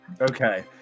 Okay